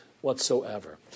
whatsoever